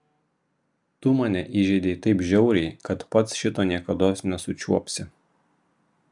tu mane įžeidei taip žiauriai kad pats šito niekados nesučiuopsi